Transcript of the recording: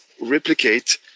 replicate